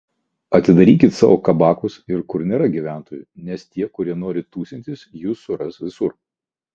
atidarykit savo kabakus ir kur nėra gyventojų nes tie kurie nori tūsintis jus suras visur